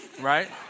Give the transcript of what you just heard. right